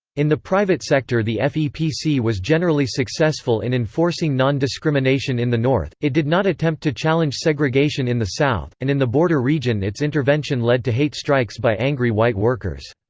in the private sector the fepc was generally successful in enforcing non-discrimination in the north, it did not attempt to challenge segregation in the south, and in the border region its intervention led to hate strikes by angry white workers.